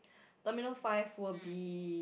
terminal five will be